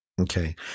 Okay